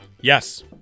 Yes